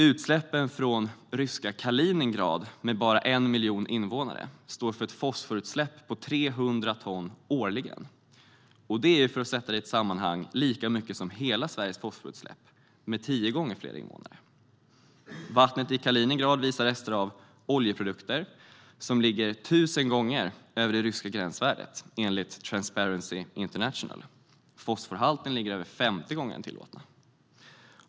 Utsläppen från ryska Kaliningrad, med bara 1 miljon invånare, står för ett fosforutsläpp på 300 ton årligen. Det är, för att sätta det i ett sammanhang, lika mycket som hela Sveriges fosforutsläpp med tio gånger fler invånare. Vattnet i Kaliningrad visar rester av oljeprodukter som ligger 1 000 gånger över det ryska gränsvärdet, enligt Transparency International. Fosforhalten ligger över 50 gånger den tillåtna.